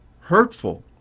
hurtful